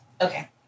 Okay